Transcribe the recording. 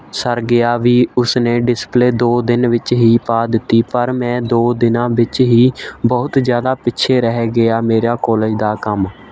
sir ਗਿਆ ਵੀ ਉਸਨੇ ਡਿਸਪਲੇਅ ਦੋ ਦਿਨ ਵਿੱਚ ਹੀ ਪਾ ਦਿੱਤੀ ਪਰ ਮੈਂ ਦੋ ਦਿਨਾਂ ਵਿੱਚ ਹੀ ਬਹੁਤ ਜ਼ਿਆਦਾ ਪਿੱਛੇ ਰਹਿ ਗਿਆ ਮੇਰਾ ਕੋਲਿਜ ਦਾ ਕੰਮ